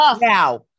now